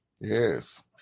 yes